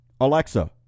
Alexa